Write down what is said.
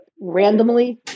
randomly